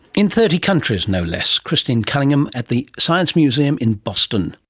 in thirty countries, no less. christine cunningham at the science museum in boston